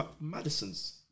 Madison's